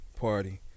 Party